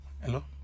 Hello